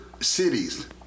cities